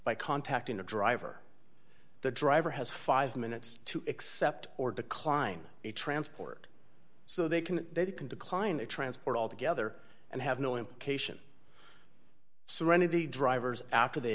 by contacting a driver the driver has five minutes to accept or decline a transport so they can they can decline a transport all together and have no implication serenity drivers after they